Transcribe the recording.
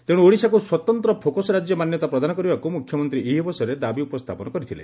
ତେଣୁ ଓଡ଼ିଶାକୁ ସ୍ୱତନ୍ତ ଫୋକସ୍ ରାଜ୍ୟ ମାନ୍ୟତା ପ୍ରଦାନ କରିବାକୁ ମୁଖ୍ୟମନ୍ତୀ ଏହି ଅବସରରେ ଦାବି ଉପସ୍ଚାପନ କରିଥିଲେ